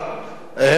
טרוריסטים,